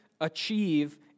achieve